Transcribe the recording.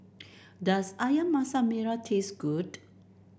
does ayam Masak Merah taste good